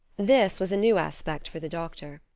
this was a new aspect for the doctor.